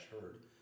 heard